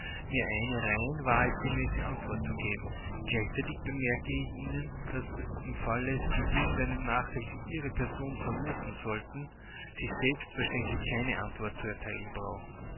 mir eine rein wahrheitsgemäße antwort zu geben gleichzeitig bemerke ich ihnen daß im falle sie irgendeinen nachteil für ihre person vermuten sollten sie selbstverständlich keine antwort zu erteilen brauchen